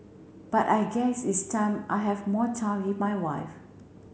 but I guess it's time I have more time with my wife